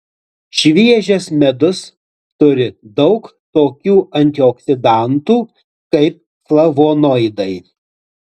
šviežias medus turi daug tokių antioksidantų kaip flavonoidai